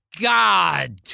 God